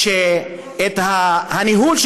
בניהול,